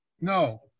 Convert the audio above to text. No